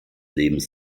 lebens